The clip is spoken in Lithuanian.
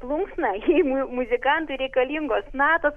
plunksna gi muzikantui reikalingos natos